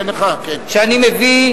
תאמין לי,